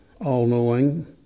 all-knowing